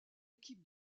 équipe